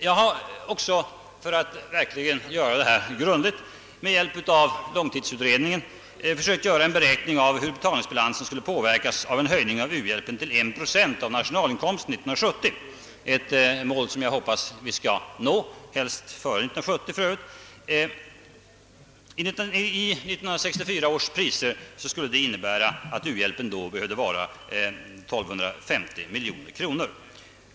Jag har också, för att verkligen vara grundlig, med hjälp av långtidsutredningen försökt göra en beräkning av hur betalningsbalansen skulle påverkas av en höjning av u-hjälpen till 1 procent av nationalinkomsten 1970 — ett mål som jag för övrigt hoppas att vi skall nå före 1970. I 1964 års priser skulle det innebära att u-hjälpen då behövde vara 1 250 miljoner kronor.